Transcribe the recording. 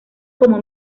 como